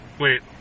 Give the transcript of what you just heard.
Wait